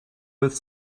with